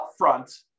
upfront